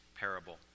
parable